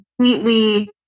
completely